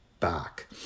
back